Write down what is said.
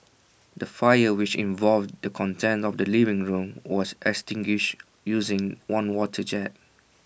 the fire which involved the contents of A living room was extinguished using one water jet